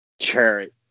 charity